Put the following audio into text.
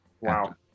Wow